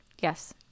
Yes